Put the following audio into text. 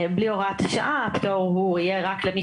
בלי הוראת השעה הפטור הוא יהיה רק למי